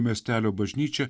miestelio bažnyčia